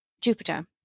Jupiter